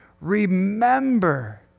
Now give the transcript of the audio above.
Remember